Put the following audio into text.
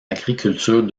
agriculture